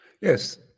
Yes